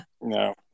No